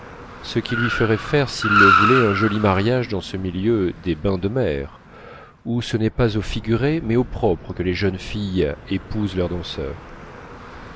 ce qui lui ferait faire s'il le voulait un joli mariage dans ce milieu des bains de mer où ce n'est pas au figuré mais au propre que les jeunes filles épousent leur danseur